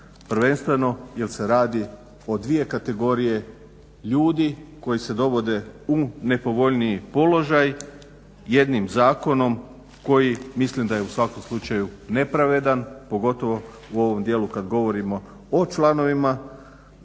prvenstveno jer se radi o dvije kategorije ljudi koji se dovode u nepovoljniji položaj jedinim zakonom koji mislim da je u svakom slučaju nepravedan pogotovo u ovom dijelu kada govorimo o članovima